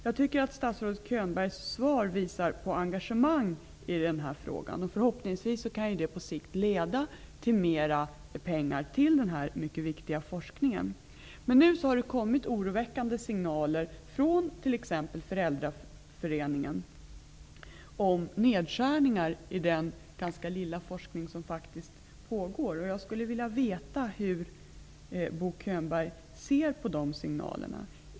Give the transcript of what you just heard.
Jag tycker att statsrådet Könbergs svar visar på engagemang i den här frågan. Förhoppningsvis kan det på sikt leda till mera pengar till den här mycket viktiga forskningen. Det har nu kommit oroväckande signaler från t.ex. Föräldraföreningen om nedskäringar i den, till omfånget, ganska begränsade forskning som pågår. Jag skulle vilja veta hur Bo Könberg ser på signalerna.